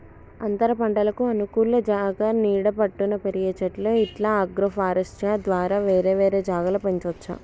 అంతరపంటలకు అనుకూల జాగా నీడ పట్టున పెరిగే చెట్లు ఇట్లా అగ్రోఫారెస్ట్య్ ద్వారా వేరే వేరే జాగల పెంచవచ్చు